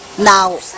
Now